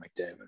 McDavid